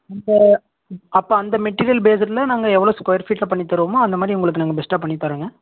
இப்போ இப் அப்போ அந்த மெட்டீரியல் பேஸுடில் நாங்கள் எவ்வளோ ஸ்கொயர் ஃபீட்டில் பண்ணித் தருவோமோ அந்த மாதிரி உங்களுக்கு நாங்கள் பெஸ்ட்டாக பண்ணித் தரோங்க